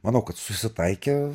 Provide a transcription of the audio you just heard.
manau kad susitaikė